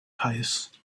pace